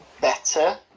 better